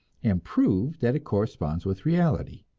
and prove that it corresponds with reality.